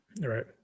Right